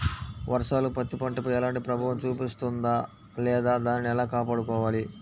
వర్షాలు పత్తి పంటపై ఎలాంటి ప్రభావం చూపిస్తుంద లేదా దానిని ఎలా కాపాడుకోవాలి?